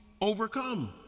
overcome